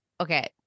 okay